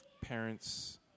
parents